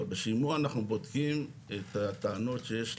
לא, בשימוע אנחנו בודקים את הטענות שיש